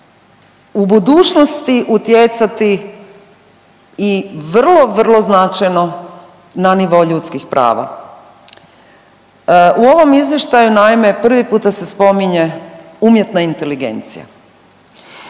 u budućnosti utjecati i vrlo, vrlo značajno na nivo ljudskih prava. U ovom izvještaju naime prvi puta se spominje umjetna inteligencija,